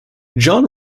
john